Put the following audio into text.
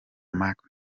mark